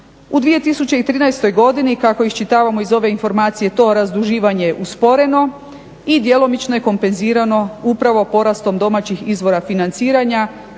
U 2013.godini kako iščitavamo iz ove informacije to razduživanje je usporeno i djelomično je kompenzirano upravo porastom domaćih izvora financiranja